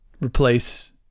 replace